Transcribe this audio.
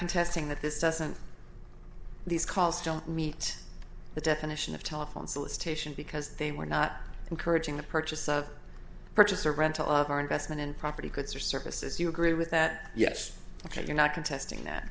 contesting that this doesn't these calls don't meet the definition of telephone solicitation because they were not encouraging the purchase of purchase or rental of our investment in property could surface as you agree with that yes ok you're not contesting that